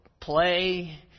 play